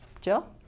Jill